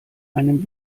einem